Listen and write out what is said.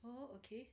oh okay